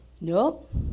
nope